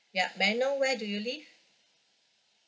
yup may I know where do you live